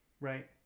right